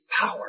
power